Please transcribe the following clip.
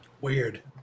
Weird